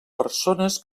persones